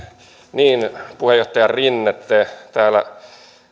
niin puheenjohtaja rinne te täällä